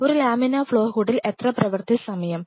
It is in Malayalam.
ഒരു ലാമിനാർ ഫ്ലോ ഹൂഡിൽ എത്ര പ്രവൃത്തി സമയം